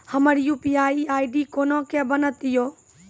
हमर UPI ID कोना के बनत यो?